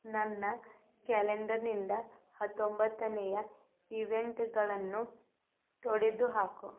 ನನ್ನ ಕ್ಯಾಲೆಂಡರ್ನಿಂದ ಹತ್ತೊಂಬತ್ತನೆಯ ಇವೆಂಟ್ಗಳನ್ನು ತೊಡೆದುಹಾಕು